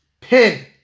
pin